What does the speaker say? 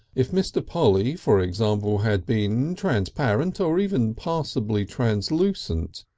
if mr. polly, for example, had been transparent or even passably translucent,